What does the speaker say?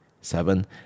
Seven